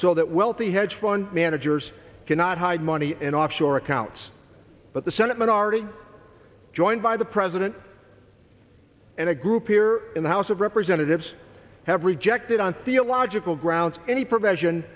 so that wealthy hedge fund managers cannot hide money in offshore accounts but the senate minority joined by the president and a group here in the house of representatives have rejected on theological grounds any provision